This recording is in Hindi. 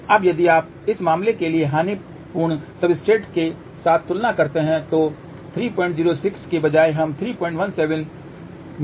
अब यदि आप इस मामले के लिए हानिपूर्ण सब्सट्रेट के साथ तुलना करते हैं तो 306 के बजाय हमें 317 मिला